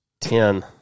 ten